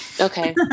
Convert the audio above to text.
Okay